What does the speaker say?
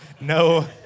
No